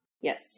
Yes